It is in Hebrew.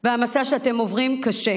והמסע שאתם עוברים קשה,